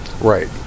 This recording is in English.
Right